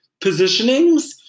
positionings